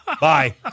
Bye